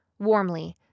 Warmly